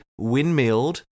windmilled